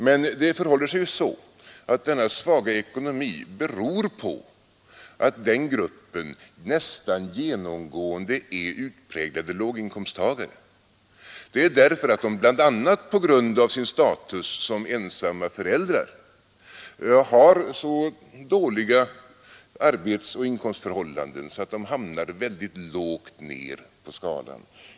Men det förhåller sig ju så, att denna svaga ekonomi beror på att den gruppen nästan genomgående består av utpräglade låginkomsttagare — bl.a. på grund av sin status som ensamma föräldrar har de så dåliga arbetsoch inkomstförhållanden att de hamnar väldigt lågt ner på skalan.